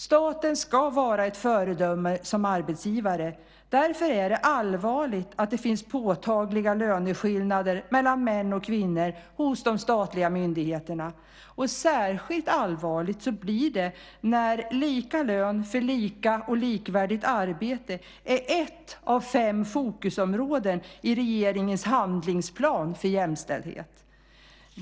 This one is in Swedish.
Staten ska vara ett föredöme som arbetsgivare. Därför är det allvarligt att det finns påtagliga löneskillnader mellan män och kvinnor hos de statliga myndigheterna. Särskilt allvarligt blir det när lika lön för lika och likvärdigt arbete är ett av fem fokusområden i regeringens handlingsplan för jämställdhet.